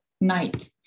night